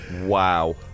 wow